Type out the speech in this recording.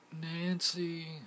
nancy